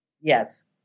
Yes